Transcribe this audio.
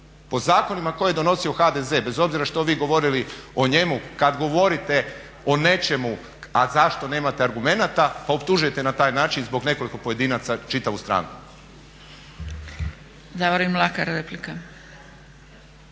Po zakonima koje je donosio HDZ bez obzira što vi govorili o njemu kad govorite o nečemu a zašto nemate argumenata pa optužujete na taj način zbog nekoliko pojedinaca čitavu stranku.